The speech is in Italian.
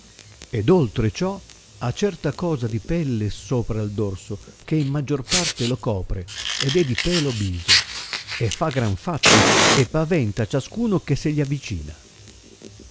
ed oltre ciò ha certa cosa di pelle sopra il dorso che in maggior parte lo copre ed è di pelo biso e fa gran fatti e paventa ciascuno che se gli avicina